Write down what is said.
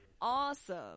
Awesome